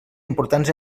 importants